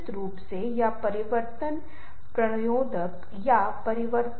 फिर आगे के मुद्दों का पता लगाएं फिर मुद्दों के साथ बातचीत करें और फिर यह बहुत महत्वपूर्ण आत्म प्रकटीकरण है